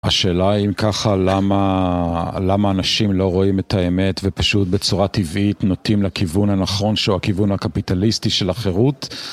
השאלה אם ככה למה, למה אנשים לא רואים את האמת ופשוט בצורה טבעית נוטים לכיוון הנכון שהוא הכיוון הקפיטליסטי של החירות?